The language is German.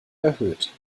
erhöht